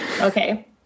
Okay